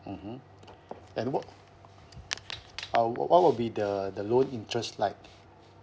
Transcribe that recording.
mmhmm and wh~ uh wha~ what will be the the loan interest like